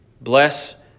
Bless